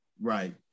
Right